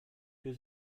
für